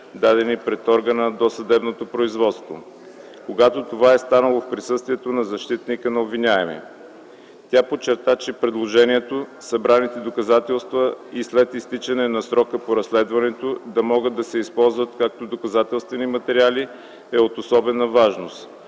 дадени пред органа на досъдебното производство, когато това е станало в присъствието на защитника на обвиняемия. Тя подчерта, че предложението събраните доказателства и след изтичането на срока по разследване да могат да се използват като доказателствени материали е от особена важност,